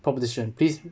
proposition please